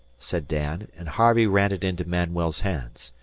said dan, and harvey ran it into manuel's hands.